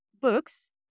books